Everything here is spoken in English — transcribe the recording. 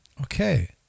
Okay